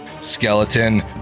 skeleton